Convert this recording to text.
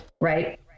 Right